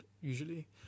usually